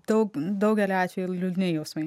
daug daugeliu atvejų liūdni jausmai